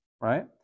right